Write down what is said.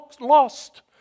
lost